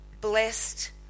blessed